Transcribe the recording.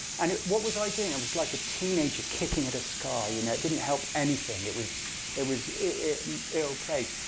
and what was i doing? i was like a teenager kicking at a scar. you know it didn't help anything. it was it was ill-placed.